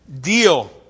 deal